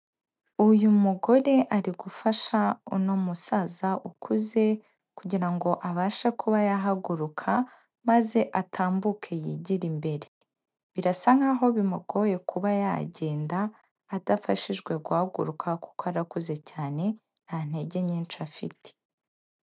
Uyu mugore ari gufasha uno musaza ukuze kugira ngo abashe kuba yahaguruka maze atambuke yigire imbere. Birasa nkaho bimugoye kuba yagenda adafashijwe guhaguruka kuko arakuze cyane, nta ntege nyinshi afite.